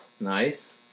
Nice